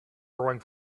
growing